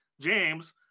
James